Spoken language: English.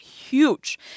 huge